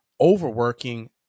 overworking